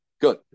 Good